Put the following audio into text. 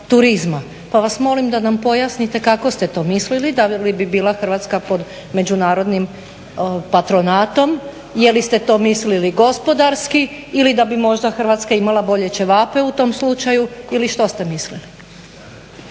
turizma. Pa vas molim da nam pojasnite kako ste to mislili, da li bi bila Hrvatska pod međunarodnim patronatom, je li ste to mislili gospodarski ili da bi možda Hrvatska imala bolje ćevape u tom slučaju ili što ste mislili.